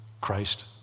Christ